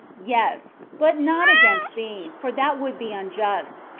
yes but not against thee, for that would be unjust,